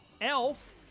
Elf